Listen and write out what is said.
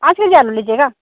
पाँच केजी आलू लीजिएगा